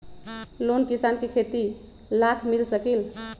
Loan किसान के खेती लाख मिल सकील?